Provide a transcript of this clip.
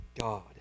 God